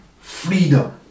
freedom